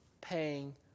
paying